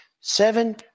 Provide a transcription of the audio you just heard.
Seven